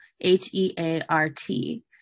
h-e-a-r-t